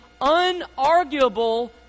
unarguable